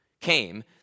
came